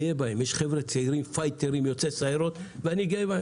האידיאולגי בחקלאות וגאה בחברים הצעירים יוצאי צבא שהולכים לחקלאות.